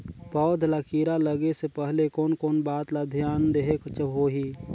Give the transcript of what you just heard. पौध ला कीरा लगे से पहले कोन कोन बात ला धियान देहेक होही?